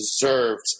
deserved